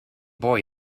boy